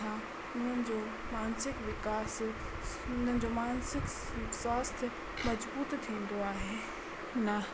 उन्हनि जो मानसिक विकास उन्हनि जो मानसिक स्वास्थ मजबूत थींदो आहे न